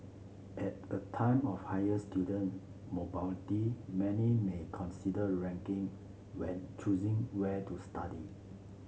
at a time of higher student mobility many may consider ranking when choosing where to study